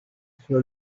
sur